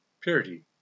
Purity